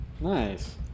Nice